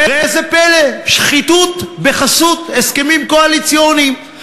ראה זה פלא: שחיתות בחסות הסכמים קואליציוניים.